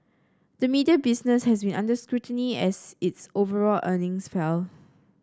the media business has been under scrutiny as its overall earnings fell